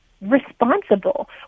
responsible